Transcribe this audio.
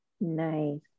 Nice